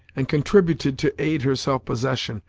and contributed to aid her self-possession,